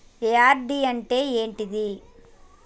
RD అంటే ఏంటిది?